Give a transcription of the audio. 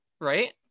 right